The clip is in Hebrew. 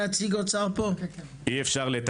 אתה